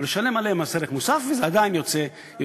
משלמים עליהם מס ערך מוסף, וזה עדיין יותר זול.